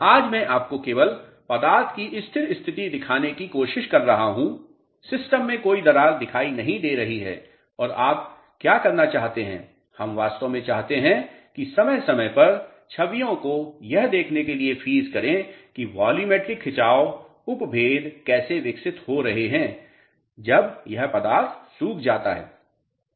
आज मैं आपको केवल पदार्थ की स्थिर स्थिति दिखाने की कोशिश कर रहा हूं सिस्टम में कोई दरार दिखाई नहीं दे रही है और आप क्या करना चाहते हैं हम वास्तव में चाहते हैं कि समय समय पर छवियों को यह देखने के लिए फ्रीज करें कि वॉल्यूमेट्रिक खिंचाव उपभेद कैसे विकसित हो रहे हैं जब यह पदार्थ सूख जाता है